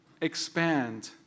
expand